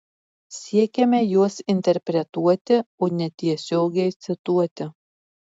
siekiame juos interpretuoti o ne tiesiogiai cituoti